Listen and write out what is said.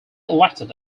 elected